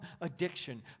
addiction